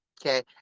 Okay